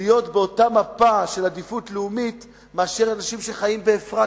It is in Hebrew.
להיות באותה מפה של עדיפות לאומית מאשר אנשים שחיים באפרת,